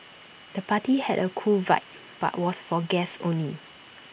the party had A cool vibe but was for guests only